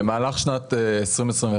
במהלך שנת 2021,